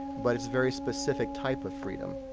but it's a very specific type of freedom.